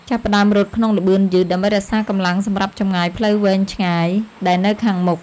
ចាប់ផ្ដើមរត់ក្នុងល្បឿនយឺត ដើម្បីរក្សាកម្លាំងសម្រាប់ចម្ងាយផ្លូវវែងឆ្ងាយដែលនៅខាងមុខ។